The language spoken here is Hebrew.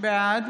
בעד